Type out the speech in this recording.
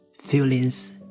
feelings